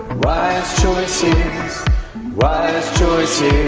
wise choices wise choices